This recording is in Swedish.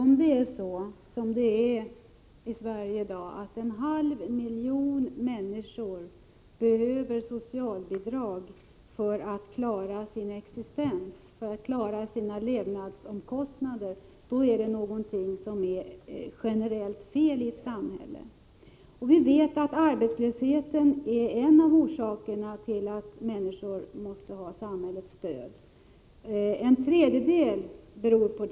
Herr talman! Om en halv miljon människor behöver socialbidrag — som läget är i Sverige i dag — för att klara sin existens och sina levnadsomkostnader, så är någonting generellt fel i samhället. Vi vet att arbetslösheten är en av orsakerna till att människor måste ha samhällets stöd. Så är det för en tredjedel av denna grupp.